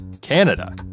Canada